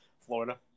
Florida